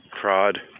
prod